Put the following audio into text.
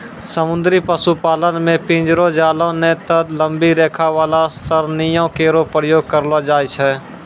समुद्री पशुपालन म पिंजरो, जालों नै त लंबी रेखा वाला सरणियों केरो प्रयोग करलो जाय छै